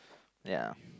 yeah